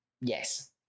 Yes